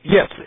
Yes